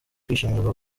kwishimirwa